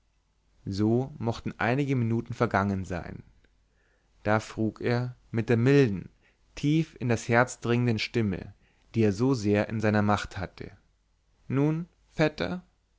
so mochten einige minuten vergangen sein da frug er mit der milden tief in das herz dringenden stimme die er so sehr in seiner macht hatte nun vetter